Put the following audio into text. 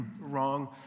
wrong